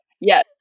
Yes